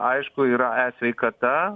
aišku yra e sveikata